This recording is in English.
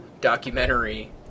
documentary